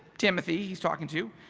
timothy he's talking to,